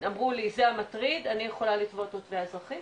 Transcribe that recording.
אמרו לי זה המטריד אני יכולה לתבוע אותו תביעה אזרחית?